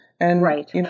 Right